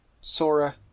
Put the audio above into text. Sora